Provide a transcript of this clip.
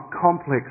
complex